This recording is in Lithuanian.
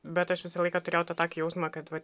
bet aš visą laiką turėjau tą tokį jausmą kad vat